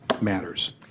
matters